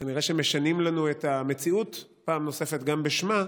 כנראה שמשנים לנו את המציאות פעם נוספת גם בשמה,